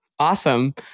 Awesome